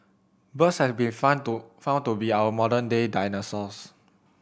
birds have been found to found to be our modern day dinosaurs